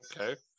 Okay